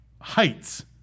heights